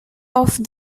off